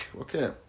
Okay